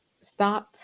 start